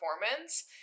performance